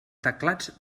teclats